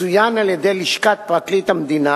צוין על-ידי לשכת פרקליט המדינה